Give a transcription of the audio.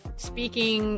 speaking